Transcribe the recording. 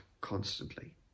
constantly